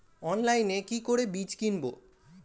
অনলাইনে কি করে বীজ কিনব?